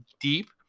deep